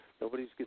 nobody's